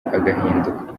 agahinduka